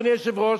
אדוני היושב-ראש,